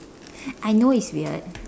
I know it's weird